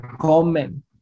comment